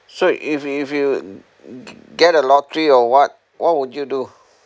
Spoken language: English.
so if you if you get a lottery or what what would you do